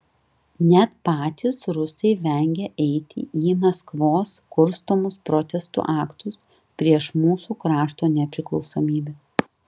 net patys rusai vengia eiti į maskvos kurstomus protestų aktus prieš mūsų krašto nepriklausomybę